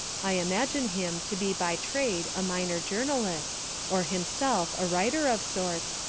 i imagine him to be by trade a minor journalist or himself a writer of sorts,